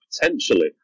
potentially